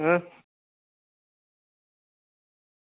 होर